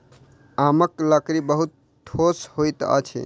आमक लकड़ी बहुत ठोस होइत अछि